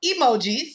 emojis